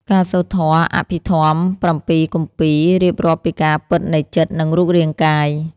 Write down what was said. ការសូត្រធម៌អភិធម្ម ៧ គម្ពីរ រៀបរាប់ពីការពិតនៃចិត្ត និងរូបរាងកាយ។